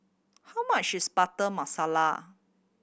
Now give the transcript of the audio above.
how much is Butter Masala